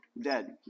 dead